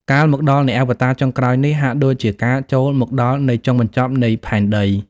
កាលមកដល់នៃអវតារចុងក្រោយនេះ ហាក់ដូចជាការចូលមកដល់នៃ ចុងបញ្ចប់នៃផែនដី។